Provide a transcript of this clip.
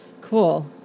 Cool